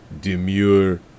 demure